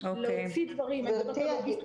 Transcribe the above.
להוציא דברים, אני מדברת על לוגיסטיקה.